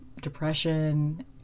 depression